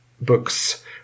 books